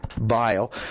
bile